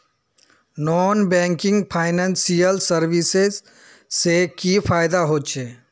Non banking financial services से की फायदा होचे?